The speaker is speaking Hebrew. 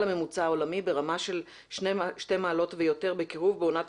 הממוצע העולמי ברמה של שתי מעלות ויותר בקירוב בעונת